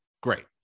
Great